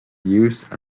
use